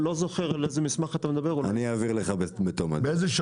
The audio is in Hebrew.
אני לא זוכר על איזה מסמך אתה מדבר, מאיזו שנה.